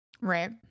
right